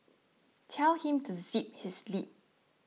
tell him to zip his lip